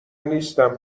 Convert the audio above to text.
نیستم